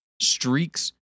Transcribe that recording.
streaks